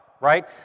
right